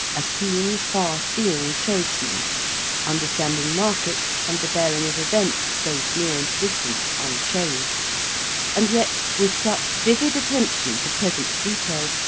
a keen, far-seeing tradesman understanding markets, and the bearing of events, both near and distant, on trade and yet, with such vivid attention to present details,